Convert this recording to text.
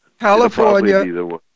california